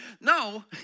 No